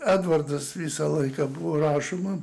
edvardas visą laiką buvo rašoma